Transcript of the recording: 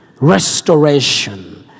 Restoration